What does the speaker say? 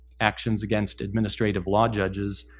actions against administrative law judges,